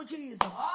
Jesus